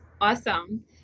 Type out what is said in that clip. Awesome